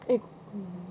eh mm